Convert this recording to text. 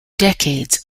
decades